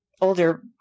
older